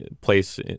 place